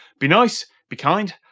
be nice, be kind,